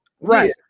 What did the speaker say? right